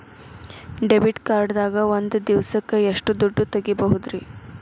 Debit card ದಾಗ ಒಂದ್ ದಿವಸಕ್ಕ ಎಷ್ಟು ದುಡ್ಡ ತೆಗಿಬಹುದ್ರಿ?